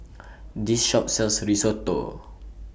This Shop sells Risotto